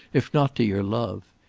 if not to your love.